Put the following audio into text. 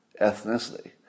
ethnicity